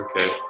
Okay